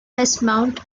westmount